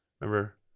Remember